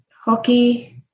hockey